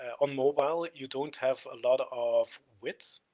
on mobile you don't have a lot of of width,